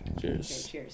Cheers